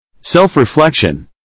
Self-reflection